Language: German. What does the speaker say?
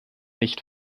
nicht